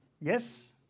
Yes